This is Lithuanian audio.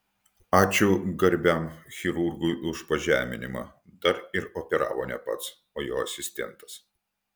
ačiū garbiam chirurgui už pažeminimą dar ir operavo ne pats o jo asistentas